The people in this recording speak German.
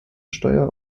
steuer